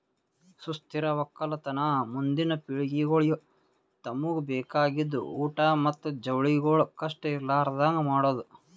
ಸುಸ್ಥಿರ ಒಕ್ಕಲತನ ಮುಂದಿನ್ ಪಿಳಿಗೆಗೊಳಿಗ್ ತಮುಗ್ ಬೇಕಾಗಿದ್ ಊಟ್ ಮತ್ತ ಜವಳಿಗೊಳ್ ಕಷ್ಟ ಇರಲಾರದಂಗ್ ಮಾಡದ್